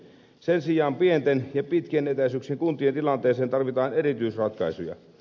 sen sijaan pienten ja pitkien etäisyyksien kuntien tilanteeseen tarvitaan erityisratkaisuja